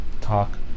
talk